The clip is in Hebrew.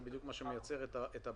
זה בדיוק מה שמייצר את הבעיה.